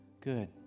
Good